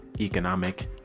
economic